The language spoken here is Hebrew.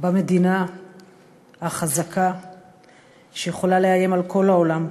במדינה החזקה שיכולה לאיים על כל העולם.